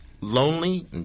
Lonely